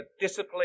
discipline